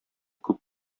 күп